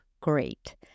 great